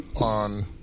on